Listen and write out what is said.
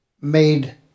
made